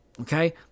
Okay